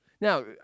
Now